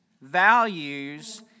values